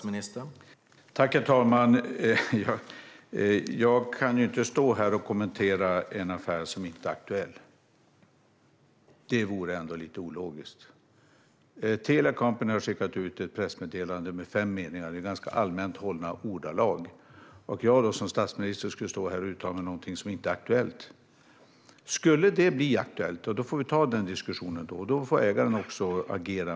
Herr talman! Jag kan inte stå här och kommentera en affär som inte är aktuell. Det vore ändå lite ologiskt. Telia Company har skickat ut ett pressmeddelande med fem meningar i ganska allmänt hållna ordalag. Jag skulle då som statsminister stå här och uttala mig om något som inte är aktuellt. Skulle det bli aktuellt får vi ta den diskussionen då. Då får ägaren också agera.